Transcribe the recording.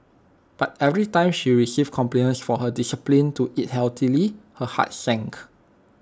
but every time she received compliments for her discipline to eat healthily her heart sank